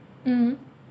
mm